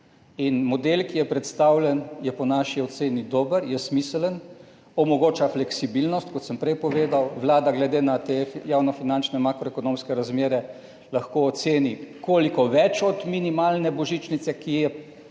In model, ki je predstavljen, je po naši oceni dober, je smiseln, omogoča fleksibilnost, kot sem prej povedal. Vlada glede na te javno finančne makroekonomske razmere lahko oceni, koliko več od minimalne božičnice, ki je po zakonu